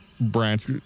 branch